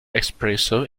espresso